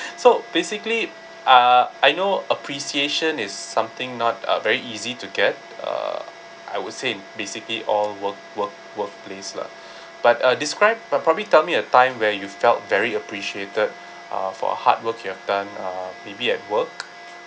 so basically uh I know appreciation is something not uh very easy to get uh I would say basically all work work workplace lah but uh describe but probably tell me a time where you felt very appreciated uh for hard work you have done uh maybe at work